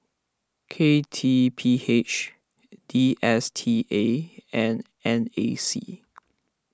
K T P H D S T A and N A C